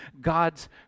God's